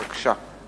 בבקשה.